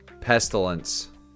Pestilence